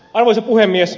arvoisa puhemies